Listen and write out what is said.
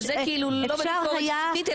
שזה לא בביקורת שיפוטית,